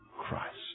Christ